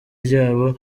ryabo